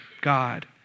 God